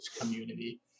community